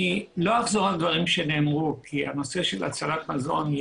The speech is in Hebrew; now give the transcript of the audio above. אני לא אחזור על דברים שנאמרו כי הנושא של הצלת מזון,